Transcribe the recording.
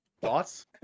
thoughts